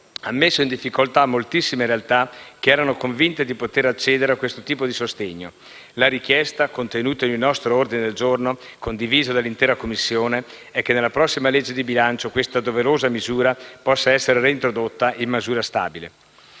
ha messo in difficoltà moltissime realtà che erano convinte di poter accedere a questo tipo di sostegno. La richiesta, contenuta in un nostro ordine del giorno, condiviso dall'intera Commissione, è che nella prossima legge di bilancio questa doverosa misura possa essere reintrodotta in misura stabile.